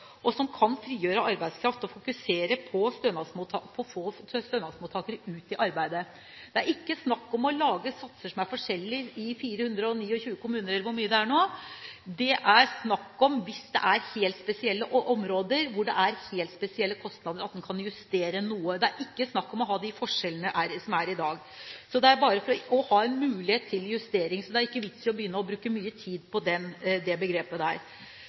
og som kan frigjøre arbeidskraft og fokusere på å få stønadsmottakere ut i arbeid. Det er ikke snakk om å lage satser som er forskjellige i 429 kommuner – eller hvor mange det er nå – det er snakk om at en hvis det er helt spesielle områder hvor det er helt spesielle kostnader, kan justere noe. Det er ikke snakk om å ha de forskjellene som er i dag. Dette er bare for å ha en mulighet til justering, så det er ikke vits i å bruke mye tid på det begrepet.